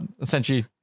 essentially